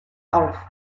auf